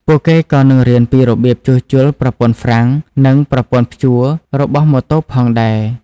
ពួកគេក៏នឹងរៀនពីរបៀបជួសជុលប្រព័ន្ធហ្វ្រាំងនិងប្រព័ន្ធព្យួររបស់ម៉ូតូផងដែរ។